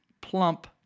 plump